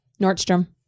Nordstrom